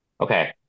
Okay